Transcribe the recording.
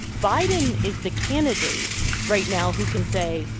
biden is the candidate right now who can say,